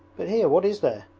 but here what is there?